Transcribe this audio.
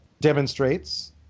demonstrates